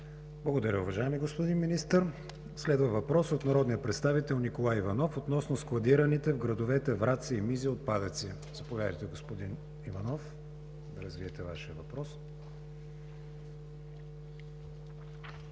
Благодаря Ви, уважаеми господин Министър. Следва въпрос от народния представител Николай Иванов относно складираните в градовете Враца и Мизия отпадъци. Заповядайте, господин Иванов, да развиете Вашия въпрос.